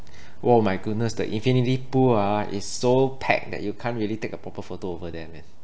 oh my goodness the infinity pool ah is so packed that you can't really take a proper photo over there man